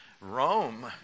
Rome